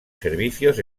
servicios